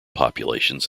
populations